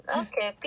okay